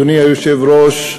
אדוני היושב-ראש,